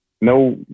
no